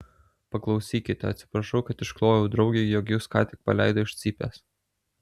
paklausykite atsiprašau kad išklojau draugei jog jus ką tik paleido iš cypės